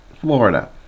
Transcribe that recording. Florida